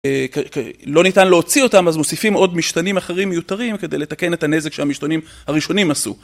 לא ניתן להוציא אותם, אז מוסיפים עוד משתנים אחרים מיותרים כדי לתקן את הנזק שהמשתנים הראשונים עשו.